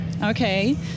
Okay